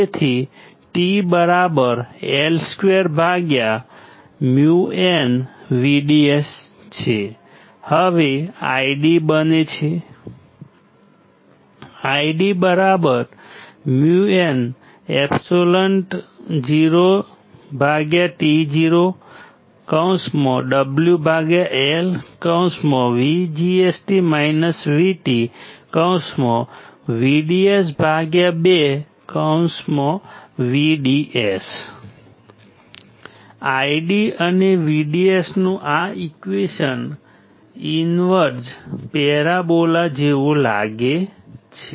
તેથી t L2µnVDS હવે ID બને છે IDµnεotoWLVGS VT VDS2VDS ID અને VDS નું આ ઈક્વેશન ઈન્વર્જ પેરાબોલા જેવું લાગે છે